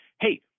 hey